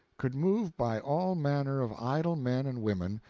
could move by all manner of idle men and women,